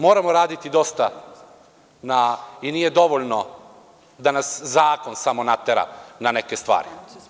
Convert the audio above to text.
Moramo raditi dosta i nije dovoljno da nas zakon samo natera na neke stvari.